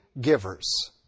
givers